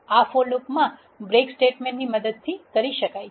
આ for લૂપમાં break સ્ટેટમેન્ટની મદદથી મેળવી શકાય છે